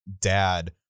dad